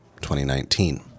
2019